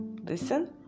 Listen